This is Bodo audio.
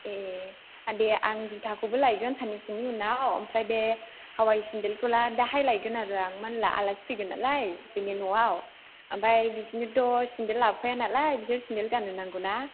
ए दे आं जुथाखौबो लायगोन साननैसोनि उनाव ओमफ्राय बे हावाय सेन्देलखौ दाहाय लायगोन आरो आं मानो होनब्ला आलासि फैगोन नालाय जोंनि न'आव ओमफ्राय बिसोरोथ' सेन्देल लाबोफाया नालाय बिसोर सेन्देल गाननो नांगौ ना